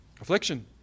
Affliction